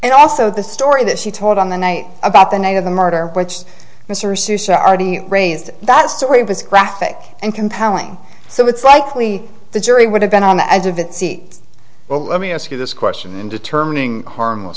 and also the story that she told on the night about the night of the murder which mr seuss r t raised that story was graphic and compelling so it's likely the jury would have been on the edge of that seat well let me ask you this question in determining harmless